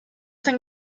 denn